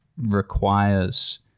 requires